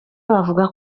bavuga